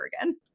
again